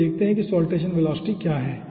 तो आइए देखें कि साल्टेसन वेलोसिटी क्या है